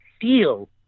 feel